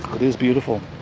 it is beautiful.